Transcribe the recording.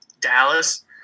Dallas